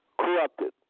corrupted